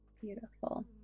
Beautiful